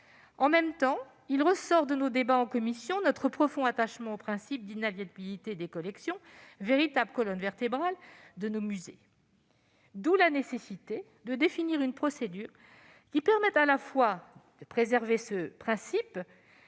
En même temps, nos débats en commission ont révélé notre profond attachement au principe d'inaliénabilité des collections, véritable « colonne vertébrale » de nos musées. D'où la nécessité de définir une procédure qui permette à la fois de préserver ce principe